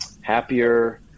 happier